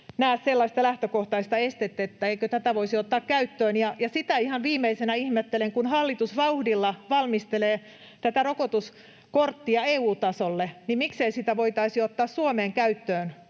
näe sellaista lähtökohtaista estettä, etteikö tätä voisi ottaa käyttöön. Ja sitä ihan viimeisenä ihmettelen, kun hallitus vauhdilla valmistelee tätä rokotuskorttia EU-tasolle, miksei sitä voitaisi ottaa Suomeen käyttöön,